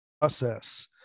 process